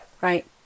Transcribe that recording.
right